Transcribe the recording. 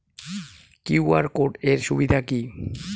QR code এর সুবিধা কি?